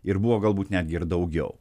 ir buvo galbūt netgi ir daugiau